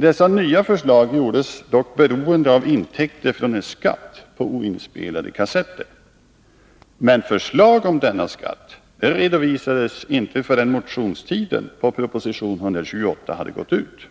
Dessa nya förslag gjordes dock beroende av intäkter från en skatt på oinspelade kassetter. Men förslag om denna skatt redovisades inte förrän motionstiden på proposition 128 hade gått ut.